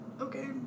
Okay